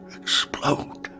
explode